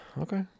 Okay